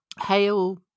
hail